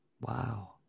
Wow